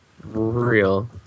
real